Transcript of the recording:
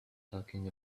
talking